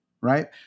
right